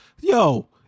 Yo